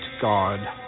God